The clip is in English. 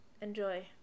enjoy